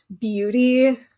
beauty